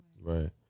Right